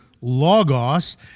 Logos